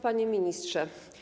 Panie Ministrze!